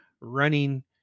running